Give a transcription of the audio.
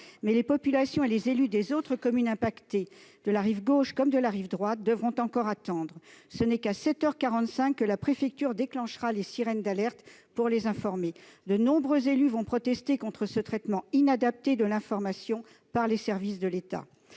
Mais les populations et les élus des autres communes affectées, de la rive gauche comme de la rive droite, devront encore attendre. Ce n'est qu'à sept heures quarante-cinq que la préfecture déclenchera les sirènes d'alerte pour les informer. De nombreux élus vont protester contre ce traitement inadapté de l'information par les services de l'État.